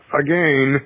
again